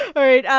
all right,